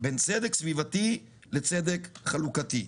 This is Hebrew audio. בין צדק סביבתי לצדק חלוקתי.